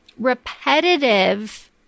repetitive